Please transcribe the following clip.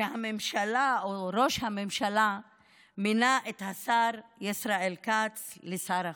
שהממשלה או ראש הממשלה מינה את השר ישראל כץ לשר החוץ.